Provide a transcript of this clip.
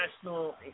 national